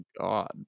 God